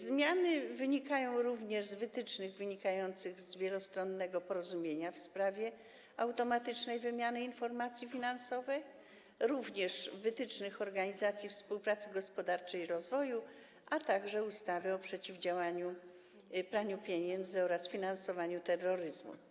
Zmiany wynikają również z wytycznych związanych z wielostronnym porozumieniem w sprawie automatycznej wymiany informacji finansowych, wytycznych Organizacji Współpracy Gospodarczej i Rozwoju, a także ustawy o przeciwdziałaniu praniu pieniędzy oraz finansowaniu terroryzmu.